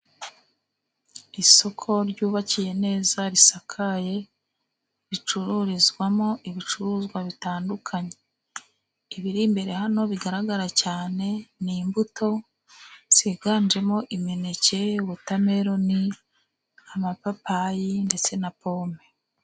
Isoko ryubakiye neza risakaye ricururizwamo ibicuruzwa bitandukanye, ibiri imbere hano bigaragara cyane ni imbuto ziganjemo: imineke, wotameroni, amapapayi ndetse na pome.